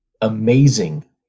amazing